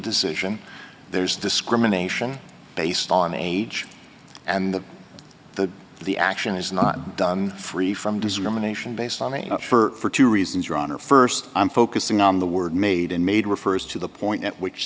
decision there's discrimination based on age and that the the action is not done free from discrimination based on a not for two reasons your honor st i'm focusing on the word made and made refers to the point at which